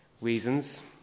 reasons